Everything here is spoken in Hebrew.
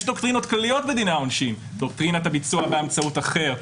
יש דוקטרינות כלליות בדיני העונשין: דוקטרינת הביצוע באמצעות אחר,